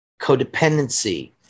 Codependency